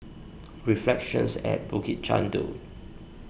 Reflections at Bukit Chandu